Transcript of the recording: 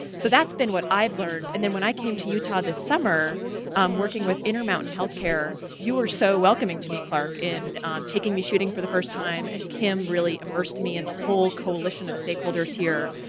so that's been what i've learned. and then when i came to utah this summer working with intermountain healthcare, you were so welcoming to me, clark, in taking me shooting for the first time, and kim really immersed me in the whole coalition of stakeholders here.